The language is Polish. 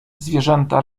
zwierzęta